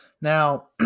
Now